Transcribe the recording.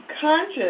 Conscious